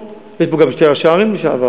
יש פה גם שני ראשי ערים לשעבר: